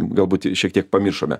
galbūt šiek tiek pamiršome